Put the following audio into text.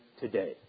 today